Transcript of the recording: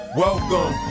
welcome